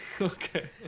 Okay